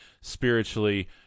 spiritually